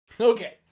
okay